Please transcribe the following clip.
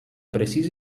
precís